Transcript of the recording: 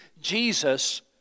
Jesus